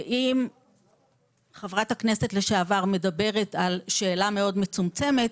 אם חברת הכנסת לשעבר מדברת על שאלה מאוד מצומצמת,